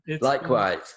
Likewise